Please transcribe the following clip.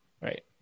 Right